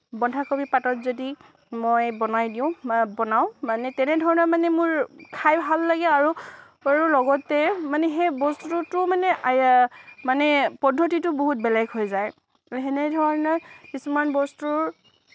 বন্ধাকবি পাতত যদি মই বনাই দিওঁ বা বনাও মানে তেনেধৰণৰ মানে মোৰ খাই ভাল লাগে আৰু লগতে মানে সেই বস্তুটো মানে মানে পদ্ধতিটো বহুত বেলেগ হৈ যায় সেনেধৰণে কিছুমান বস্তুৰ